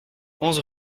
onze